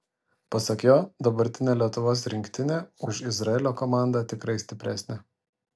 pasak jo dabartinė lietuvos rinktinė už izraelio komandą tikrai stipresnė